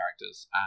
characters